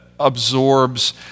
absorbs